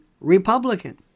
Republican